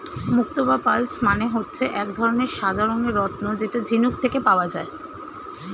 মুক্তো বা পার্লস মানে হচ্ছে এক ধরনের সাদা রঙের রত্ন যেটা ঝিনুক থেকে পাওয়া যায়